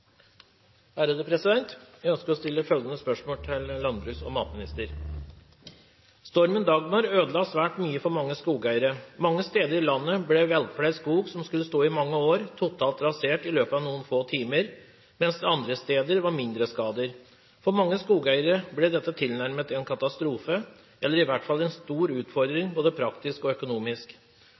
til landbruks- og matministeren: «Stormen «Dagmar» ødela svært mye for mange skogeiere. Mange steder i landet ble velpleid skog som skulle stå i mange år, totalt rasert i løpet av noen få timer, mens det andre steder var mindre skader. For mange skogeiere ble dette tilnærmet en katastrofe, eller i hvert fall en stor ufordring både praktisk og økonomisk.